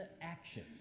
action